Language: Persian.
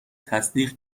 تصدیق